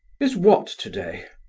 is what today?